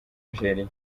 nigeria